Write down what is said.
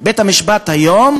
בית-המשפט היום